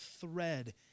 thread